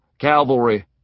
cavalry